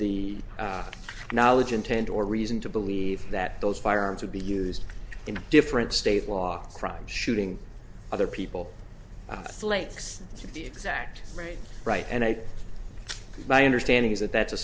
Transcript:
the knowledge intent or reason to believe that those firearms would be used in a different state law crimes shooting other people flakes the exact right right and i think my understanding is that that's a